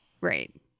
Right